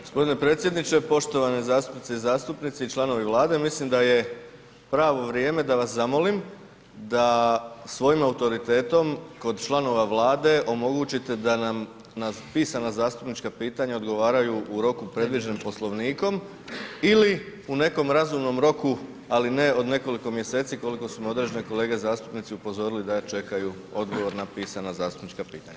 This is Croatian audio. g. Predsjedniče, poštovane zastupnice i zastupnici i članovi Vlade, mislim da je pravo vrijeme da vas zamolim da svojim autoritetom kod članova Vlade omogućite da nam na pisana zastupnička pitanja odgovaranju u roku predviđenom Poslovnikom ili u nekom razumnom roku, ali ne od nekoliko mjeseci koliko su me određene kolege zastupnici upozorili da čekaju odgovor na pisana zastupnička pitanja.